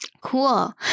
Cool